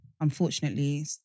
unfortunately